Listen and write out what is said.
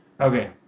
Okay